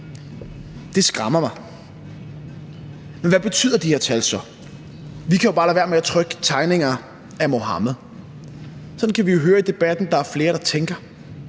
Det skræmmer mig. Men hvad betyder de her tal så? Vi kan jo bare lade være med at trykke tegninger af Muhammed – sådan kan man jo høre i debatten at der er flere der tænker.